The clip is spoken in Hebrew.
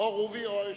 או רובי או היושב-ראש.